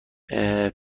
پدیکور